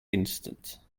instant